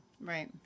right